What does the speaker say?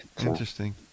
interesting